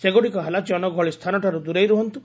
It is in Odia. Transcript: ସେଗୁଡ଼ିକ ହେଲା ଜନଗହଳି ସ୍ଥାନଠାରୁ ଦୂରେଇ ରୁହନ୍ତୁ